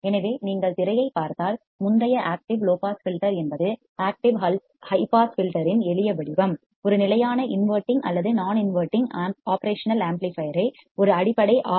எனவே நீங்கள் திரையைப் பார்த்தால் முந்தைய ஆக்டிவ் லோ பாஸ் ஃபில்டர் என்பது ஆக்டிவ் ஹை பாஸ் ஃபில்டர் இன் எளிய வடிவம் ஒரு நிலையான இன்வடிங் அல்லது நான் இன்வடிங் ஒப்ரேஷனல் ஆம்ப்ளிபையர் ஐ ஒரு அடிப்படை ஆர்